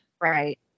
Right